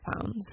pounds